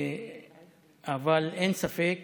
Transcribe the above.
אבל אין ספק